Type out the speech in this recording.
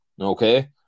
Okay